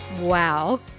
Wow